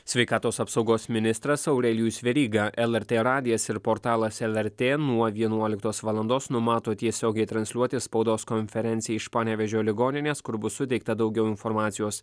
sveikatos apsaugos ministras aurelijus veryga lrt radijas ir portalas lrt nuo vienuoliktos valandos numato tiesiogiai transliuoti spaudos konferenciją iš panevėžio ligoninės kur bus suteikta daugiau informacijos